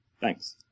Thanks